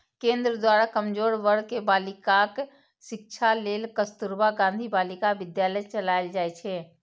केंद्र द्वारा कमजोर वर्ग के बालिकाक शिक्षा लेल कस्तुरबा गांधी बालिका विद्यालय चलाएल जाइ छै